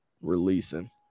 releasing